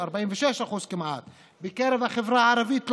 כמעט 46% בקרב החברה הערבית,